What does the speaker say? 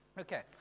Okay